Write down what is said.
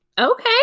okay